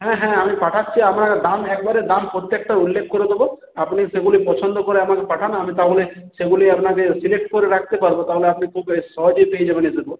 হ্যাঁ হ্যাঁ আমি পাঠাচ্ছি আমার দাম একবারে দাম প্রত্যেকটার উল্লেখ করে দোব আপনি সেগুলি পছন্দ করে আমাকে পাঠান আমি তাহলে সেগুলি আপনাকে সিলেক্ট করে রাখতে পারবো তাহলে আপনি খুব সহজেই পেয়ে যাবেন সেগুলো